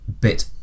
bit